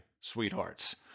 sweethearts